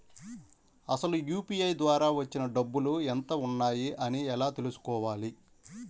అసలు యూ.పీ.ఐ ద్వార వచ్చిన డబ్బులు ఎంత వున్నాయి అని ఎలా తెలుసుకోవాలి?